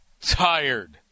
tired